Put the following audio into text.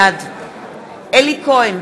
בעד אלי כהן,